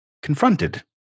confronted